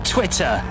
Twitter